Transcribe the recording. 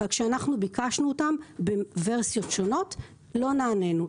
אבל כשביקשנו אותם בוורסיות שונות לא נענינו.